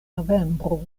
novembro